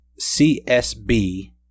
CSB